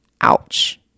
Ouch